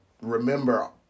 remember